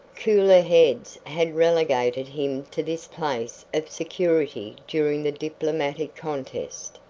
cooler heads had relegated him to this place of security during the diplomatic contest.